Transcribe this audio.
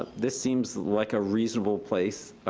this seems like a reasonable place,